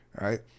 right